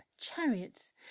chariots